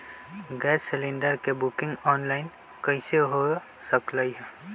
Gas cylinder के booking online कईसे हो सकलई ह?